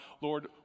Lord